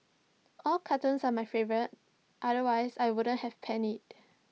all cartoons are my favourite otherwise I wouldn't have penned IT